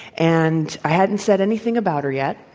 and i hadn't said anything about her yet,